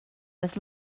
was